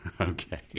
Okay